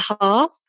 half